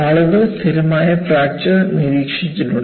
ആളുകൾ സ്ഥിരമായ ഫ്രാക്ചർ നിരീക്ഷിച്ചിട്ടുണ്ട്